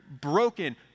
broken